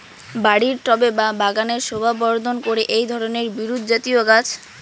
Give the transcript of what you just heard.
বাড়ির টবে বা বাগানের শোভাবর্ধন করে এই ধরণের বিরুৎজাতীয় গাছ